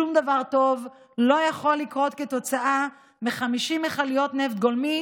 שום דבר טוב לא יכול לקרות כתוצאה מ-50 מכליות נפט גולמי